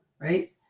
right